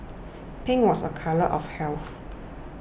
pink was a colour of health